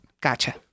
gotcha